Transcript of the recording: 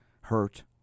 hurt